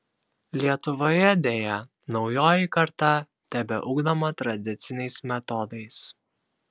lietuvoje deja naujoji karta tebeugdoma tradiciniais metodais